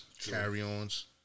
carry-ons